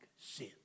sin